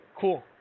cool